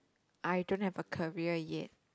I don't have a career yet